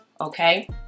okay